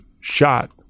shot